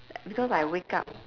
because I wake up